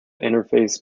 interface